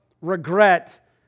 regret